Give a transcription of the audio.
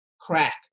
crack